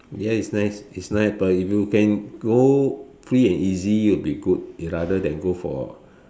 ya it's nice is nice but you can go free and easy you will be good rather then go for